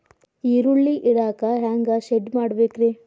ಈರುಳ್ಳಿ ಇಡಾಕ ಹ್ಯಾಂಗ ಶೆಡ್ ಮಾಡಬೇಕ್ರೇ?